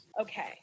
Okay